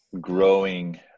growing